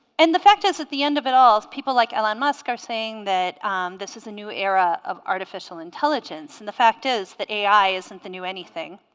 and the fact is at the end of it all is people like elon musk are saying that this is a new era of artificial intelligence and the fact is that ai isn't the new anything